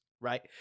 right